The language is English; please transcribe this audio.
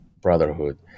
Brotherhood